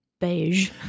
beige